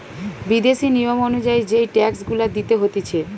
বিদেশি নিয়ম অনুযায়ী যেই ট্যাক্স গুলা দিতে হতিছে